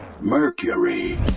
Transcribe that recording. Mercury